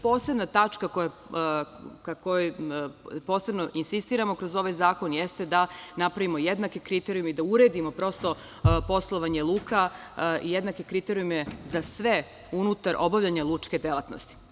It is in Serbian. Posebna tačka ka kojoj posebno insistiramo kroz ovaj zakon jeste da napravimo jednake kriterijume i da uredimo poslovanje luka i jednake kriterijume za sve unutar obavljanja lučke delatnosti.